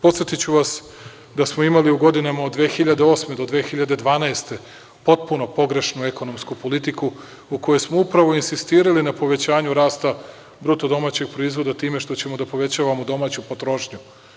Podsetiću vas, da smo imali u godinama od 2008. godine do 2012. godine potpuno pogrešnu ekonomsku politiku u kojoj smo upravo insistirali na povećanju rasta BDP time što ćemo da povećavamo domaću potrošnju.